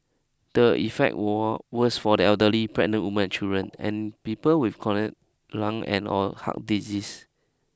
the effect wall worse for the elderly pregnant woman and children and people with chronic lung and or heart disease